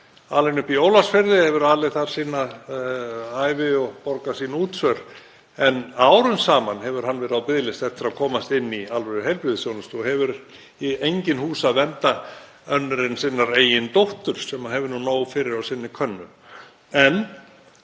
alinn upp í Ólafsfirði, hefur alið þar sína ævi og borgað sín útsvör en árum saman hefur hann verið á biðlista eftir að komast inn í alvöruheilbrigðisþjónustu og hefur í engin hús að venda önnur en sinnar eigin dóttur sem hefur nú nóg fyrir á sinni könnu.